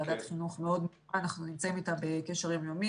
ועדת החינוך אנחנו נמצאים איתה בקשר יום-יומי.